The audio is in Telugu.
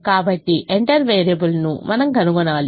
కాబట్టి ఎంటర్ వేరియబుల్ ను మనం కనుగొనాలి